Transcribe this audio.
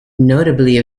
notably